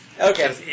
Okay